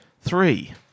Three